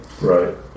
Right